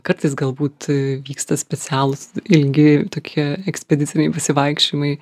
kartais galbūt vyksta specialūs ilgi tokie ekspediciniai pasivaikščiojimai